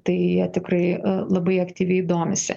tai jie tikrai labai aktyviai domisi